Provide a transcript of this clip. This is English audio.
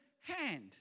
hand